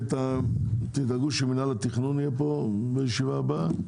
תדאגו שמינהל התכנון יהיה בישיבה הבאה.